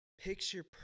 picture